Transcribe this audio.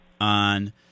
on